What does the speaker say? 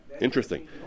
interesting